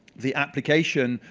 the application,